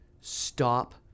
stop